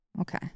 okay